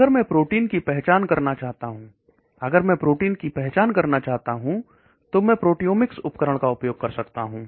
अगर मैं प्रोटीन की पहचान करना चाहता हूं अगर मैं प्रोटीन की पहचान करना चाहता तो मैं प्रोटियोमिक्स उपकरण का उपयोग कर सकता हूं